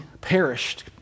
perished